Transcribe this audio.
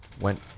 went